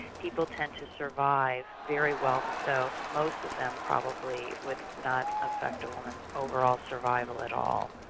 people tend to survive very well, so most of them probably would not affect a woman's overall survival at all.